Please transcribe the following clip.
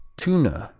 tuna,